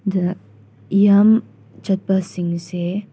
ꯗ ꯌꯥꯝ ꯆꯠꯄꯁꯤꯡꯁꯦ